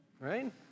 right